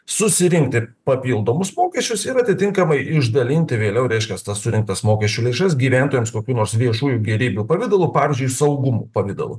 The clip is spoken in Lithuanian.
susirinkti papildomus mokesčius ir atitinkamai išdalinti vėliau reiškias tas surinktas mokesčių lėšas gyventojams kokių nors viešųjų gėrybių pavidalu pavyzdžiui saugumu pavidalu